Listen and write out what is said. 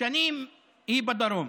שנים היא בדרום,